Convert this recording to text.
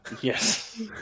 Yes